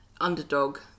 underdog